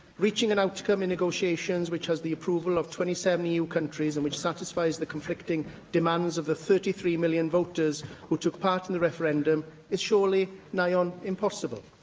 reaching an outcome in negotiations that has the approval of twenty seven eu countries and which satisfies the conflicting demands of the thirty three million voters who took part in the referendum is surely nigh on impossible.